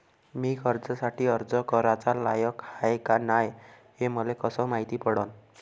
मी कर्जासाठी अर्ज कराचा लायक हाय का नाय हे मले कसं मायती पडन?